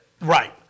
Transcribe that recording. Right